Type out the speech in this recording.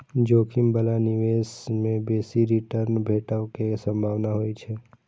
जोखिम बला निवेश मे बेसी रिटर्न भेटै के संभावना होइ छै